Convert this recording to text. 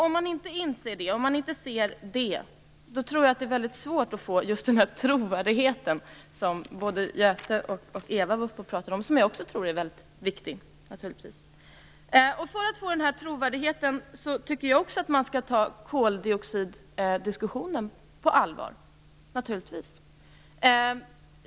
Om man inte inser det är det nog väldigt svårt att få den trovärdighet som både Göte Jonsson och Eva Eriksson talade om och som också jag tycker är väldigt viktig. För att få denna trovärdighet tycker jag att man skall ta upp koldioxiddiskussionen på allvar.